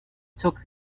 took